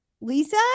Lisa